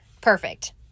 perfect